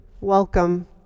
Welcome